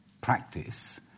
practice